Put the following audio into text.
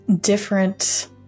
different